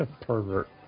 pervert